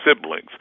siblings